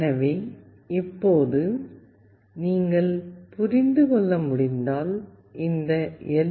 எனவே இப்போது நீங்கள் புரிந்து கொள்ள முடிந்தால் இந்த எல்